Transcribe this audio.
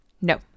No